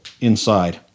inside